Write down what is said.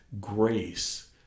grace